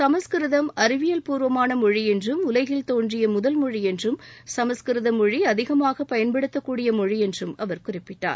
சமஸ்கிருதம் அறிவியல் பூர்வமான மொழி என்றும் உலகில் தோன்றிய முதல் மொழி என்றும் சமஸ்கிருத மொழி அதிகமாக பயன்படுத்தக்கூடிய மொழி என்றும் அவர் குறிப்பிட்டார்